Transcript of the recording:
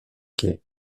quai